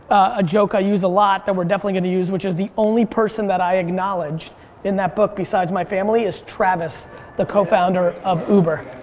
a joke i use a lot that we're definintely gonna use which is the only person that i acknowledge in that book besides my family is travis the co-founder of uber.